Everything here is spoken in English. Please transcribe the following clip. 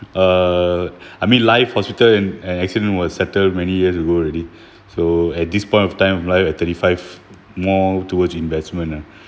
err I mean life hospital and and accident was settled many years ago already so at this point of time of life at thirty five more towards investment ah